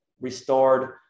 restored